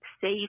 safe